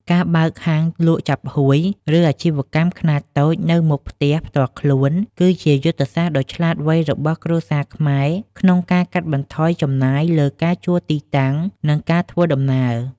ការបើកហាងលក់ចាប់ហួយ ឬអាជីវកម្មខ្នាតតូចនៅមុខផ្ទះផ្ទាល់ខ្លួន គឺជាយុទ្ធសាស្ត្រដ៏ឆ្លាតវៃរបស់គ្រួសារខ្មែរក្នុងការកាត់បន្ថយចំណាយលើការជួលទីតាំង និងការធ្វើដំណើរ។